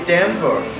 Denver